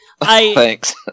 Thanks